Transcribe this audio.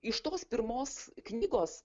iš tos pirmos knygos